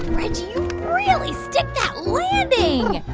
reggie, you really stick that landing.